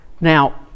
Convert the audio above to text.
Now